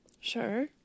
Sure